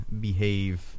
behave